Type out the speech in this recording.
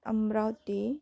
Amravati